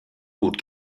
gut